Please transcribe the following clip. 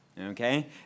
Okay